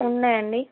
ఉన్నాయండి